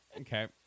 Okay